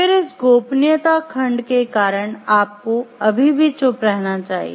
फिर इस "गोपनीयता खंड" के कारण आपको अभी भी चुप रहना चाहिए